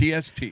TST